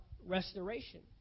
restoration